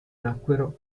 nacquero